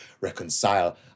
reconcile